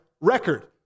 record